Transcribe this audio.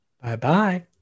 Bye-bye